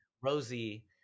Rosie